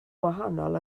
wahanol